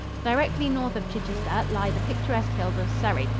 directly north of chichester lie the picturesque hills of surrey,